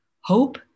Hope